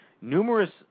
Numerous